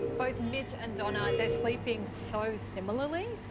both mitch and donna, they're sleeping so similarly.